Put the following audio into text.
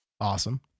awesome